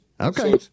Okay